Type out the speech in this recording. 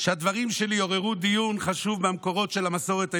שהדברים שלי עוררו דיון חשוב במקורות של המסורת היהודית.